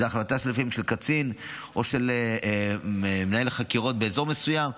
זו לפעמים החלטה של קצין או של מנהל חקירות באזור מסוים,